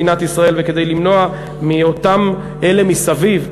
של מדינת ישראל וכדי למנוע מאותם אלה מסביב,